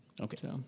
Okay